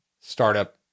startup